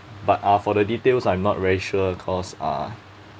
but ah for the details I'm not very sure cause uh